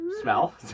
smell